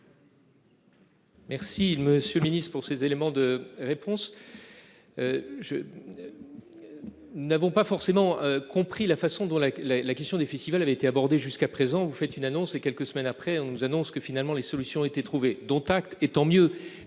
Merci Monsieur le Ministre pour ces éléments de réponse. Je. N'avons pas forcément compris la façon dont la la la question des festivals avait été abordée jusqu'à présent, vous faites une annonce et quelques semaines après, on nous annonce que finalement les solutions ont été trouvées, dont acte. Et tant mieux,